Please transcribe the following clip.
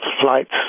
flights